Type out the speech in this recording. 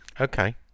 Okay